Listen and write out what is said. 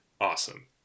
awesome